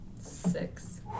Six